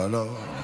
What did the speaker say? לא, לא.